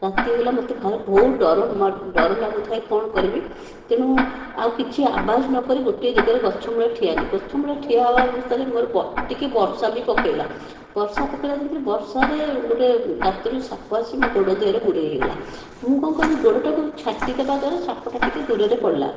ରାତି ହୋଇଗଲା ମୋତେ ବହୁତ ଡର ଲାଗୁଥାଏ କ'ଣ କରିବି ତେଣୁ ଆଉ କିଛି ଆବାଜ ନକରି ଗୋଟିଏ ଜାଗାରେ ଗଛ ମୂଳରେ ଠିଆ ହେଲି ଗଛ ମୂଳରେ ଠିଆ ହେବା ଅବସ୍ଥାରେ ମୋର ଟିକିଏ ବର୍ଷା ପକେଇଲା ବର୍ଷା ପକେଇଲା ବର୍ଷାରେ ଗୋଟିଏ ଗାତରୁ ସାପ ଆସିକି ମୋ ଗୋଡ଼ ଦେହରେ ଗୁଡ଼େଇ ହୋଇଗଲା ମୁଁ କ'ଣ କଲି ଗୋଡ଼ଟାକୁ ଛାଟିଦେବା ଦ୍ୱାରା ସାପଟା ଟିକିଏ ଦୂରରେ ପଡ଼ିଲା